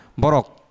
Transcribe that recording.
Borok